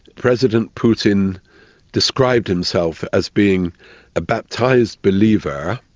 president putin described himself as being a baptised believer.